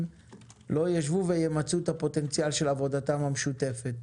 לא יישבו וימצו את הפוטנציאל של עבודתם המשותפת.